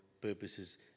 purposes